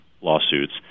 lawsuits